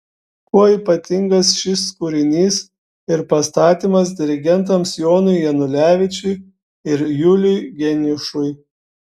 kuo ypatingas šis kūrinys ir pastatymas dirigentams jonui janulevičiui ir juliui geniušui